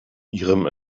ihrem